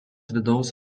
vidaus